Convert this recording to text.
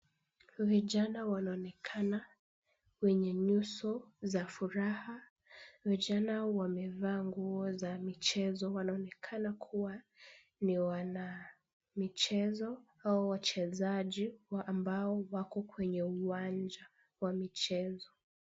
Vijana wanaonekana wenye nyuso za furaha. Vijana wamevaa nguo za michezo. Wanaonekana kuwa ni wana michezo au wachezaji ambao wako kwenye uwanja wa michezo.